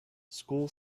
school